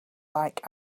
like